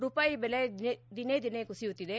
ರೂಪಾಯಿ ಬೆಲೆ ದಿನೇ ದಿನೇ ಕುಸಿಯುತ್ತಿದೆ